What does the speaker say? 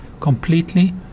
completely